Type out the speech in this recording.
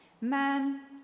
Man